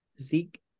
Zeke